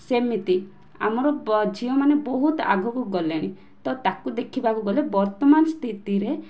ସେମିତି ଆମର ବ ଝିଅମାନେ ବହୁତ ଆଗକୁ ଗଲେଣି ତ ତାକୁ ଦେଖିବାକୁ ଗଲେ ବର୍ତ୍ତମାନ ସ୍ଥିତିରେ